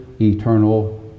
eternal